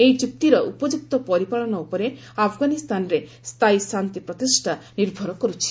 ଏହି ଚୁକ୍ତିର ଉପଯୁକ୍ତ ପରିପାଳନ ଉପରେ ଆଫଗାନିସ୍ତାନରେ ସ୍ଥାୟୀ ଶାନ୍ତି ପ୍ରତିଷ୍ଠା ନିର୍ଭର କରୁଛି